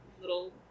little